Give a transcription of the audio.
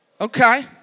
Okay